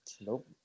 Nope